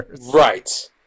right